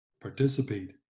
participate